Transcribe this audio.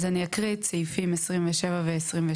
אז אני אקריא את סעיפים 27 ו-28.